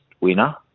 winner